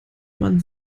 man